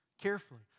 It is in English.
carefully